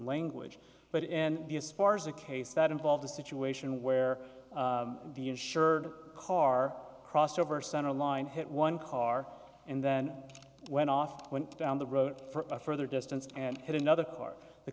language but in the a spars a case that involved a situation where the insured car crossed over center line hit one car and then went off went down the road for a further distance and hit another car the